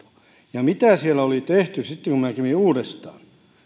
ja mitä siellä oli tehty sitten kun minä kävin uudestaan